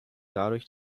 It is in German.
dadurch